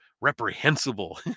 reprehensible